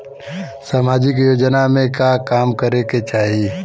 सामाजिक योजना में का काम करे के चाही?